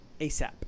ASAP